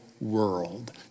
world